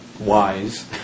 wise